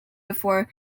before